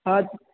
हॅं